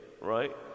right